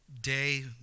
day